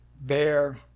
bear